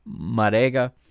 Marega